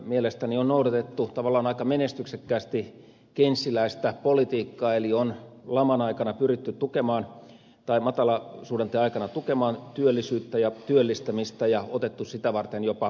mielestäni on noudatettu tavallaan aika menestyksekkäästi keynesläistä politiikkaa eli on matalasuhdanteen aikana pyritty tukemaan tai matala suurempi aikana tukemaan työllisyyttä ja työllistämistä ja otettu sitä varten jopa velkaa